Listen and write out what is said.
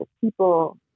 people